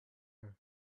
her